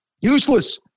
Useless